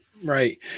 Right